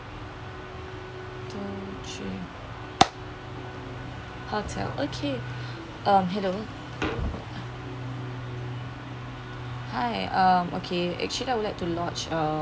two three hotel okay um hello hi um okay actually I would like to lodge a